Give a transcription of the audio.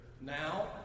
Now